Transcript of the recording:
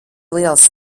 liels